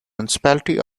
municipality